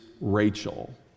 Rachel